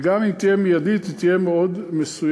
וגם אם היא תהיה מיידית היא תהיה מאוד מסוימת,